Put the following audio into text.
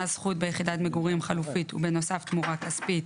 זכות ביחידת מגורים חלופית ובנוסף תמורה כספית